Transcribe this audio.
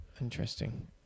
Interesting